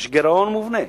יש גירעון מובנה.